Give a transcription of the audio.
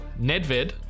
Nedved